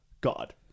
God